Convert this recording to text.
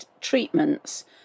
treatments